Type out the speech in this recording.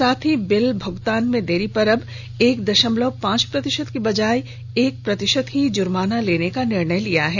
साथ ही बिल भूगतान में देरी पर अब एक दशमलव पांच प्रतिशत की बजाय एक प्रतिशत ही जुर्माना लेने का निर्णय लिया है